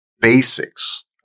basics